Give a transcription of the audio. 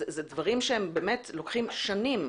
אלה דברים שלוקחים שנים.